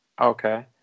Okay